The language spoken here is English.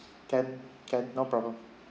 can can no problem